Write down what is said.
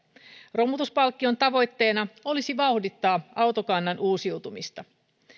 romutuspalkkion tavoitteena olisi vauhdittaa autokannan uusiutumista